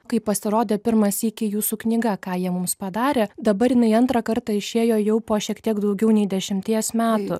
kai pasirodė pirmą sykį jūsų knyga ką jie mums padarė dabar jinai antrą kartą išėjo jau po šiek tiek daugiau nei dešimties metų